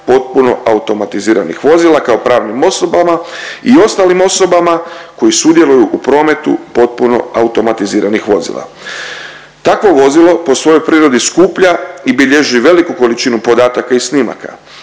potpuno automatiziranih vozila kao pravnim osobama i ostalim osobama koji sudjeluju u prometu potpuno automatiziranih vozila. Takvo vozilo po svojoj prirodi skuplja i bilježi veliku količinu podataka i snimaka,